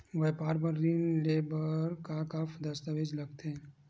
व्यापार बर ऋण ले बर का का दस्तावेज लगथे?